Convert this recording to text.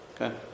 Okay